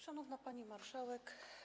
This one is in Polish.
Szanowna Pani Marszałek!